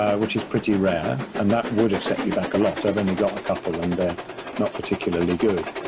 ah which is pretty rare. and that would have set you back a lot. i've and only got a couple and they're not particularly good.